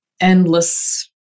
endless